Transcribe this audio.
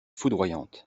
foudroyante